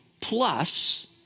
plus